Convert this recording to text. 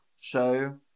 show